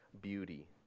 beauty